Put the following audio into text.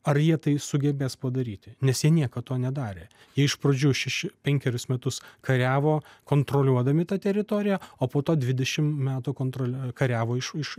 ar jie tai sugebės padaryti nes jie niekad to nedarė jie iš pradžių šeši penkerius metus kariavo kontroliuodami tą teritoriją o po to dvidešimt metų kontrole kariavo iš iš